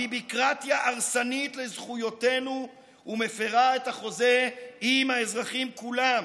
הביביקרטיה הרסנית לזכויותינו ומפירה את החוזה עם האזרחים כולם,